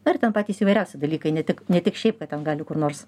na ir ten patys įvairiausi dalykai ne tik ne tik šiaip kad ten gali kur nors